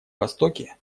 востоке